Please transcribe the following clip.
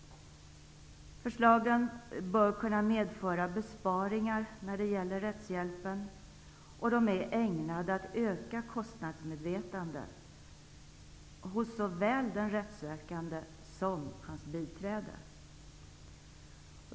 Förslagen bör kunna medföra besparingar när det gäller rättshjälpen och de är ägnade att öka kostnadsmedvetandet hos såväl den rättssökande som hans biträde.